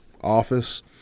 office